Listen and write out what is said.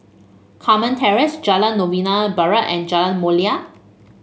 Carmen Terrace Jalan Novena Barat and Jalan Mulia